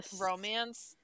romance